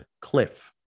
cliff